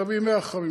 נביא 100 חכמים,